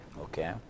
Okay